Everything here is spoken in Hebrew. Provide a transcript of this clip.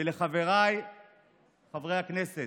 ולחבריי חברי הכנסת,